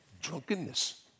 drunkenness